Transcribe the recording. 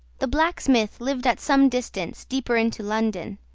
the blacksmith lived at some distance, deeper into london.